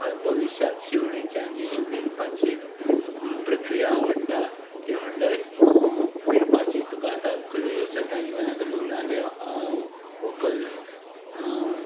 हय भविश्यांत शिवणेची आनी विणपाची प्रक्रिया आवडटा ती म्हणल्यार विणपाची तुका आतां खंयीय यूज जाता इव्हन आतां लग्न जालें व्हंकल